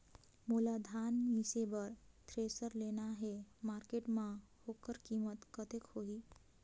मोला धान मिसे बर थ्रेसर लेना हे मार्केट मां होकर कीमत कतेक होही?